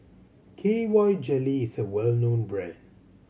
K Y Jelly is a well known brand